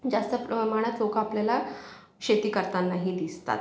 जास्त प्रमाणात लोकं आपल्याला शेती करतानाही दिसतात